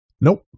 Nope